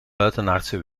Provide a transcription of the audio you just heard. buitenaardse